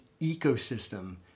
ecosystem